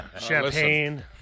Champagne